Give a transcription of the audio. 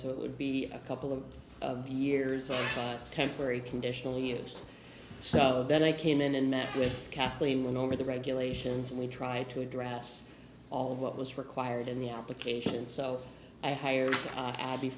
so it would be a couple of years of temporary conditional years so then i came in and met with kathleen when over the regulations we tried to address all of what was required in the application so i hired abby